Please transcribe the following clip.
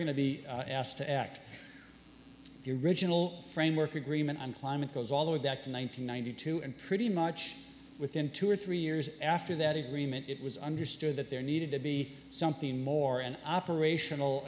going to be asked to act the original framework agreement on climate goes all the way back to one thousand nine hundred two and pretty much within two or three years after that agreement it was understood that there needed to be something more an operational